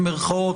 במירכאות,